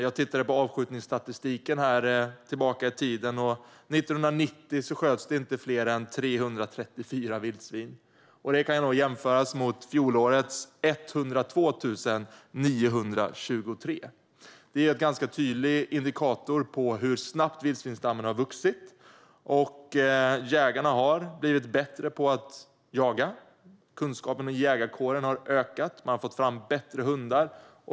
Jag tittade på avskjutningsstatistiken tillbaka i tiden. År 1990 sköts det inte fler än 334 vildsvin. Det kan jämföras med fjolårets 102 923. Det är en ganska tydlig indikator på hur snabbt vildsvinsstammen har vuxit. Jägarna har blivit bättre på att jaga, och kunskapen inom jägarkåren har ökat. Man har också fått fram bättre hundar.